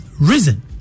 Risen